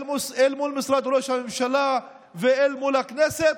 אל מול משרד ראש הממשלה ואל מול הכנסת.